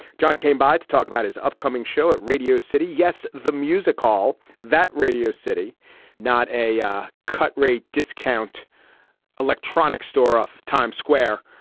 john came by to talk about his upcoming show at radio city yes. the music hall that radio city not a ah cut rate discount electronic store off times square.